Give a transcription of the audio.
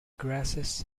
grasses